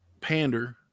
pander